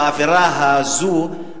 באווירה הזאת,